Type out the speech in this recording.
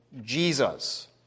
Jesus